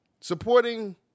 supporting